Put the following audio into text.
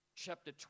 chapter